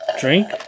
Drink